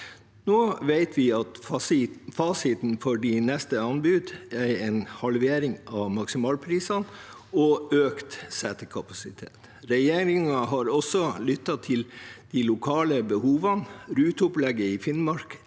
Nå vet vi at fasiten for neste anbud er en halvering av maksimalprisene og økt setekapasitet. Regjeringen har også lyttet til de lokale behovene. Ruteopplegget i Finnmark